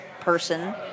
person